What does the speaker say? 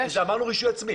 אמרנו רישוי עצמי.